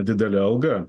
didele alga